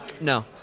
No